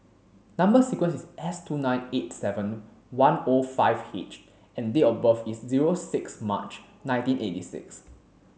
number sequence is S two nine eight seven one O five H and date of birth is zero six March nineteen eighty six